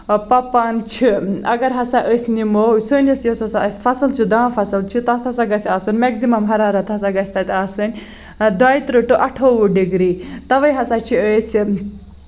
پَپان چھِ اَگر ہسا أسۍ نِمو سٲنِس یُس ہسا اَسہِ فَصٕل چھُ دان فَصٕل چھُ تَتھ ہسا گژھِ آسُن میکزِمم ہَرارتھ ہسا گژھِ تَتہِ آسِنۍ دۄیہِ تٕرٛہ ٹوٚ اَٹھوُہ ڈِگری تَوے ہسا چھِ أسۍ